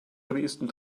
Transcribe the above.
lobbyisten